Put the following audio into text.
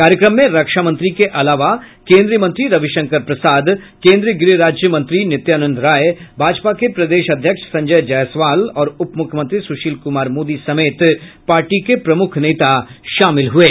कार्यक्रम में रक्षा मंत्री के अलावा केंद्रीय मंत्री रविशंकर प्रसाद केंद्रीय गृह राज्य मंत्री नित्यानंद राय भाजपा के प्रदेश अध्यक्ष संजय जायसवाल और उपमुख्यमंत्री सुशील कुमार मोदी समेत पार्टी के प्रमुख नेता शामिल हुये